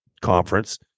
conference